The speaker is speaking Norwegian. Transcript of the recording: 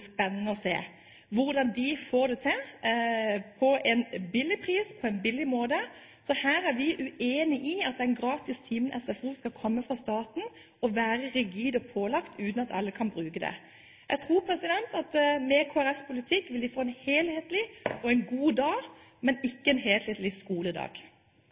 spennende å se hvordan de får det til til en billig pris, på en billig måte. Så her er vi uenig i at den gratis timen på SFO skal komme fra staten, være rigid og pålagt uten at alle kan bruke tilbudet. Jeg tror at med Kristelig Folkepartis politikk vil de få en helhetlig og en god dag, men ikke en helhetlig skoledag.